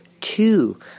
two